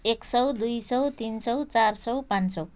एक सय दुई सय तिन सय चार सय पाँच सय